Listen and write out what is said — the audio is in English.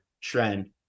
trend